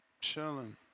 chilling